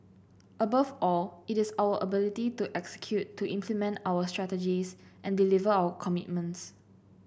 above all it is our ability to execute to implement our strategies and deliver our commitments